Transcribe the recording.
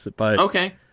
Okay